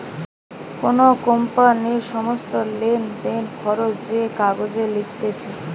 কোন কোম্পানির সমস্ত লেনদেন, খরচ যে কাগজে লিখতিছে